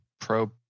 pro